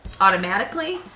automatically